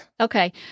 okay